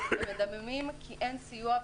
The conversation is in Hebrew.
כי אין סיוע.